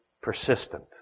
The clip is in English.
persistent